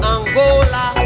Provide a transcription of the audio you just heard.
Angola